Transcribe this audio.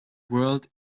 world